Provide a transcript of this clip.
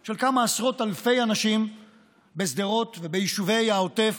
של כמה עשרות אלפי אנשים בשדרות וביישובי העוטף,